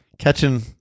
Catching